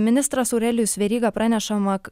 ministras aurelijus veryga pranešama